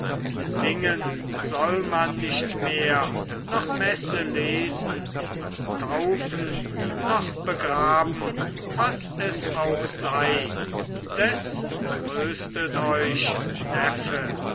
singen soll man nicht mehr noch messe lesen noch taufen noch begraben was es auch sei des tröstet euch neffe